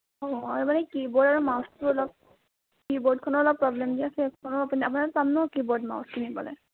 অঁ এই মানে কীবৰ্ড আৰু মাউচটো অলপ কীবৰ্ডখনো অলপ প্ৰব্লেম দি আছে আপোনাৰ তাতে পাম ন কীবৰ্ড মাউচ কিনিবলৈ